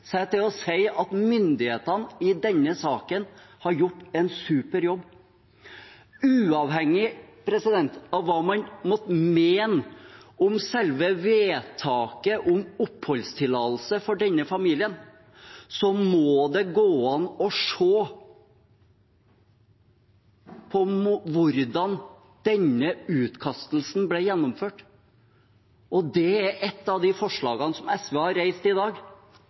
seg til å si at myndighetene har gjort en super jobb i denne saken. Uavhengig av hva man måtte mene om selve vedtaket om oppholdstillatelse for denne familien, må det gå an å se på hvordan denne utkastelsen ble gjennomført. Det omhandler et av de forslagene som SV har fremmet i dag